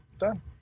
Done